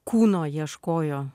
kūno ieškojo